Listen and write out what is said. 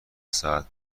ساعت